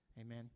Amen